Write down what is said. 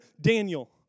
Daniel